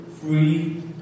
free